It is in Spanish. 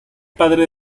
padre